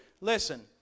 Listen